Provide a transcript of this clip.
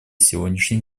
сегодняшних